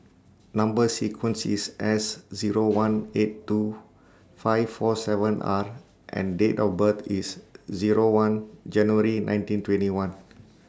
Number sequence IS S Zero one eight two five four seven R and Date of birth IS Zero one January nineteen twenty one